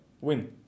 win